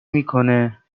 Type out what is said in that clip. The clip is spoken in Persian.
میکنه